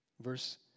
verse